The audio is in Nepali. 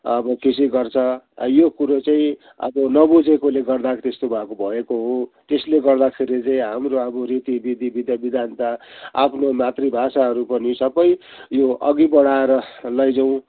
अब खिसी गर्छ यो कुरो चाहिँ अब नबुझेकोले गर्दा त्यस्तो भएको हो त्यसले गर्दाखेरि चाहिँ हाम्रो अब रीतिथिति विधिविधान्त आफ्नो मातृभाषाहरू पनि सबै यो अघि बढाएर लैजाऔँ